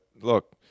look –